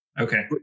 Okay